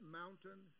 mountain